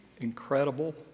incredible